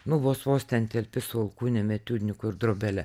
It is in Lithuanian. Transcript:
nu vos vos ten telpi su alkūnėm etiudnyku ir drobele